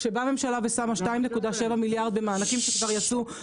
כשבאה ממשלה ושמה 2.7 מיליארד במענקים שכבר יצאו,